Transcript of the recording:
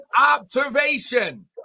observation